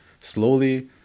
slowly